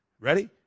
Ready